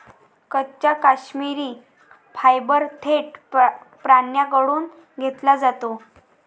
कच्चा काश्मिरी फायबर थेट प्राण्यांकडून घेतला जातो